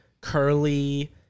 curly